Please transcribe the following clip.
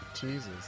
Jesus